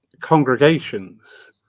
Congregations